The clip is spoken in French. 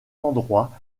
endroits